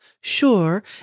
Sure